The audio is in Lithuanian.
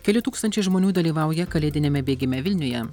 keli tūkstančiai žmonių dalyvauja kalėdiniame bėgime vilniuje